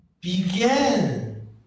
began